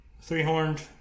Three-horned